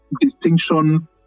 distinction